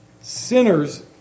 sinners